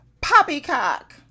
Poppycock